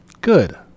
good